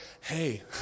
hey